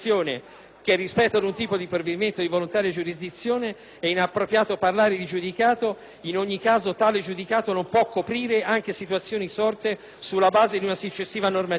che rispetto ad un provvedimento di volontaria giurisdizione è inappropriato parlare di giudicato, in ogni caso tale giudicato non può coprire anche situazioni sorte sulla base di una successiva normativa".